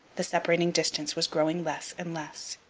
the separating distance was growing less and less.